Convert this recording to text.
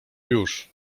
już